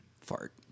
Fart